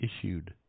issued